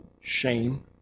shame